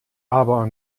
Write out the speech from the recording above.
aber